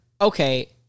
Okay